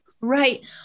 Right